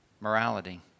morality